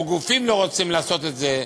או גופים לא רוצים לעשות את זה,